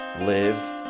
Live